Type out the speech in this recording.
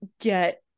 get